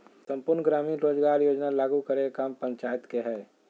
सम्पूर्ण ग्रामीण रोजगार योजना लागू करे के काम पंचायत के हय